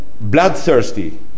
bloodthirsty